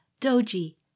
Doji